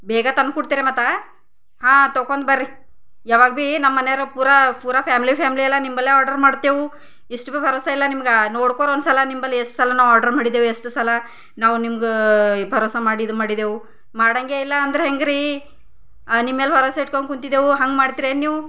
ಬೇಗ ತಂದು ಕೊಡ್ತಿರ ಮತ್ತೆ ಹಾಂ ತಕೊಂಡ್ ಬರ್ರಿ ಯಾವಾಗ ಭೀ ನಮ್ಮ ಮನೆವ್ರು ಪೂರಾ ಪೂರಾ ಫ್ಯಾಮಿಲಿ ಫ್ಯಾಮಿಲಿ ಎಲ್ಲ ನಿಮ್ಮಲ್ಲೇ ಆರ್ಡರು ಮಾಡ್ತೆವು ಎಷ್ಟು ಭೀ ಭರೋಸಾ ಇಲ್ಲ ನಿಮಗೆ ನೋಡ್ಕೊರಿ ಒಂದ್ಸಲ ನಿಮ್ಮಲ್ಲಿ ಎಷ್ಟು ಸಲ ನಾವು ಆರ್ಡರ್ ಮಾಡಿದ್ದೆವು ಎಷ್ಟು ಸಲ ನಾವು ನಿಮಗೆ ನಿಮ್ಗ ಭರೋಸಾ ಮಾಡಿ ಇದು ಮಾಡಿದ್ದೆವು ಮಾಡಂಗೆ ಇಲ್ಲ ಅಂದ್ರೆ ಹೇಗ್ರೀ ನಿಮ್ಮ ಮೇಲೆ ಭರೋಸಾ ಇಟ್ಕೊಂಕುಂತಿದೆವು ಹಂಗೆ ಮಾಡ್ತಿರೇನು ನೀವು